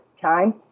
time